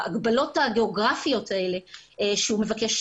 ההגבלות הגיאוגרפיות האלה שהוא מבקש